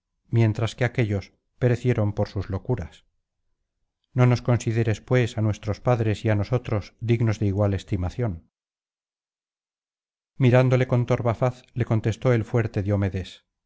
mientras que aquéllos perecieron por sus locuras no nos consideres pues á nuestros padres y á nosotros dignos de igual estimación mirándole con torva faz le contestó el fuerte diomedes